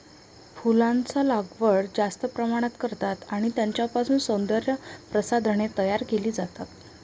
फुलांचा लागवड जास्त प्रमाणात करतात आणि त्यांच्यापासून सौंदर्य प्रसाधने तयार केली जातात